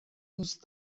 دوست